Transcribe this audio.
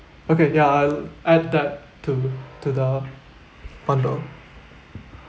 okay yeah I'll add that to to the bundle